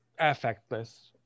affectless